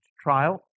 trial